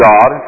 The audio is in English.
God